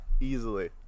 Easily